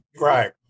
Right